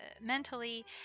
mentally